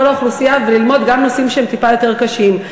האוכלוסייה וללמוד גם נושאים שהם טיפה יותר קשים,